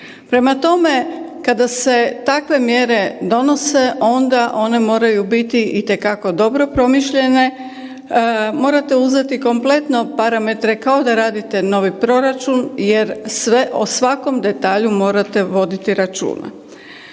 Prema tome, kada se takve mjere donose onda one moraju biti itekako dobro promišljene. Morate uzeti kompletno parametre kao da radite novi proračun jer sve o svakom detalju morate voditi računa.